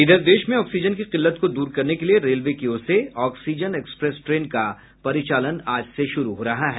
इधर देश में ऑक्सीजन की किल्लत को दूर करने के लिए रेलवे की ओर से ऑक्सीजन एक्सप्रेस ट्रेन का परिचालन आज से शुरू हो रहा है